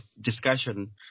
discussion